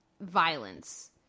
violence